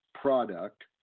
product